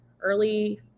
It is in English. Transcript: early